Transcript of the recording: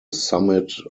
summit